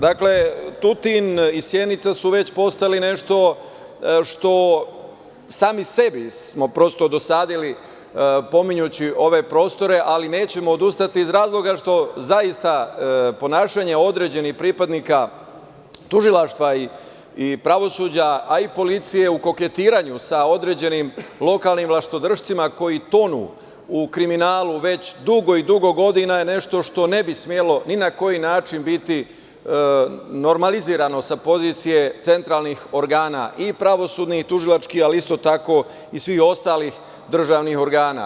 Dakle, Tutin i Sjenica su već postali nešto što, sami sebi smo prosto dosadili pominjući ove prostore, ali nećemo odustati iz razloga što zaista ponašanje određenih pripadnika tužilaštva i pravosuđa, a i policije u koketiranju sa određenim lokalnim vlastodršcima koji tonu u kriminalu već dugo i dugo godina je nešto što ne bi smelo ni na koji način biti normalizirano sa pozicije centralnih organa i pravosudnih i tužilačkih, ali isto tako i svih ostalih državnih organa.